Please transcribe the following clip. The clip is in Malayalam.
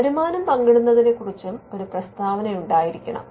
വരുമാനം പങ്കിടുന്നതിനെക്കുറിച്ചും ഒരു പ്രസ്താവന ഉണ്ടായിരിക്കണം